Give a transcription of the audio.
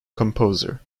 composer